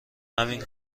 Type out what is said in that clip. همین